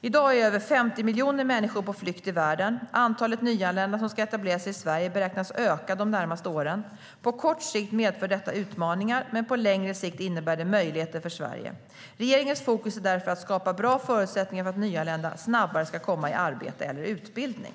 I dag är över 50 miljoner människor på flykt i världen. Antalet nyanlända som ska etablera sig i Sverige beräknas öka de närmaste åren. På kort sikt medför detta utmaningar, men på längre sikt innebär det möjligheter för Sverige. Regeringens fokus är därför att skapa bra förutsättningar för att nyanlända snabbare ska komma i arbete eller utbildning.